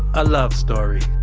a love story.